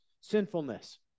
sinfulness